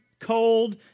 cold